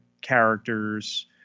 characters